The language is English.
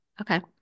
Okay